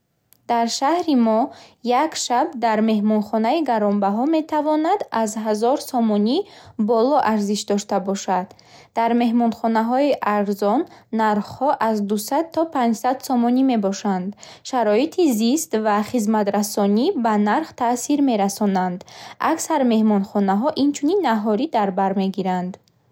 Дар шаҳри мо як шаб дар меҳмонхонаи гаронбаҳо метавонад аз ҳазор сомонӣ боло арзиш дошта бошад. Дар меҳмонхонаҳои арзон нархҳо аз дусад то панҷсад сомонӣ мебошанд. Шароити зист ва хизматрасонӣ ба нарх таъсир мерасонанд. Аксар меҳмонхонаҳо инчунин наҳорӣ дар бар мегиранд.